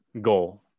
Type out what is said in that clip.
goal